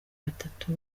batatu